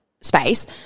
space